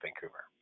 Vancouver